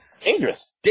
Dangerous